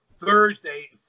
Thursday